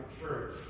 Church